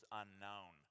unknown